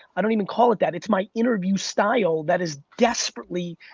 i don't even call it that, it's my interview style that is desperately,